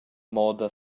moda